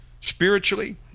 spiritually